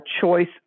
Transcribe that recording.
choice